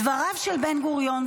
דבריו של בן-גוריון,